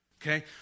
Okay